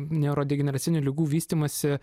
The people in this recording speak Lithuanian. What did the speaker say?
neurodegeneracinių ligų vystymąsi